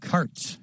Carts